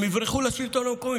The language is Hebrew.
הם יברחו לשלטון המקומי.